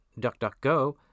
DuckDuckGo